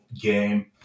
game